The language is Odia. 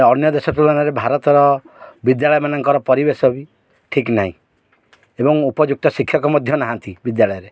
ଅନ୍ୟ ଦେଶ ତୁଳନାରେ ଭାରତର ବିଦ୍ୟାଳୟମାନଙ୍କର ପରିବେଶ ବି ଠିକ୍ ନାହିଁ ଏବଂ ଉପଯୁକ୍ତ ଶିକ୍ଷକ ମଧ୍ୟ ନାହାନ୍ତି ବିଦ୍ୟାଳୟରେ